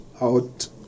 out